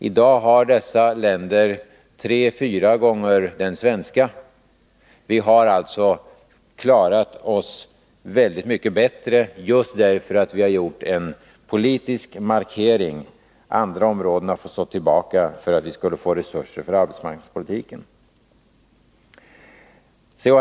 I dag har dessa länder en arbetslöshet som är tre fyra gånger den svenska. Vi har alltså klarat oss mycket bättre just därför att vi har gjort en politisk markering. Andra områden har fått stå tillbaka för att vi skulle få resurser till arbetsmarknadspolitiken. C.-H.